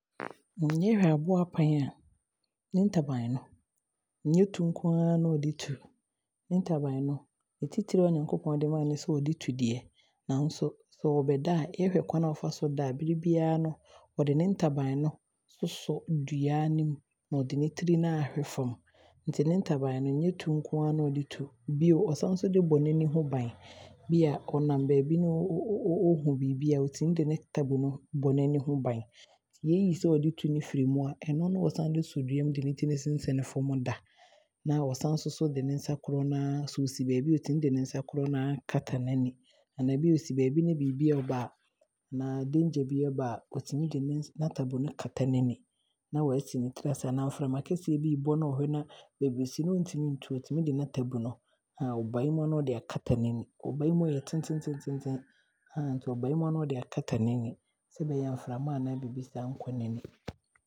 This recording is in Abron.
Yɛhwɛ aboa apan a, ne ntaban no nnyɛ tu nko aa na ɔde tu Ne ntaban no, ade titire ntia Nyame de maa no ne sɛ ɔde bɛtu deɛ nanso sɛ ɔɔbɛda a, yɛhwɛ kwane a ɔfa so da a, bere biaa no ɔde ne ntaban no sosɔ dua no mu na ɔde ne ti no aahwehwɛ fam nti ne ntaban no nnyɛ tu nko aa na ɔde tu. Bio, ɔsan nso de bɔ n'ani ho bane. Bia ɔnam baabi ne ɔhu biibi a, ɔtumi de ne ntabu no bɔ n'ani ho bane. Nti sɛ yɛtu sɛ ɔde tu no firi mu a, ɛno ne ɔsan de sɔ dua mu de ne tiri no sensɛne fam da, na ɔsane nso de ne nsa korɔ naa nso sɛ ɔsi baabi a, ɔtumi de ne nsa korɔ noaa kata n'ani anaa bia ɔsi baabi na biibi ɔɔba a, anaa danger bi ɔɔba a ɔtumi de ne ntabu no kata n'ani na waasi ne tiri ase anaasɛ sɛ mframa kɛseɛ bi ɛɛba na baabi a ɔsi no ɔntumi ntu a, ɔtumi de n'aataban no ɔbae mu a na ɔde aakata n'ani. Ɔbae mu a ɛyɛ tententen nti ɔbae mu a na ɔde aakata n'ani sɛdeɛ ɛbɛyɛ a mframa anaa biibi nhyɛda nkɔ n'ani.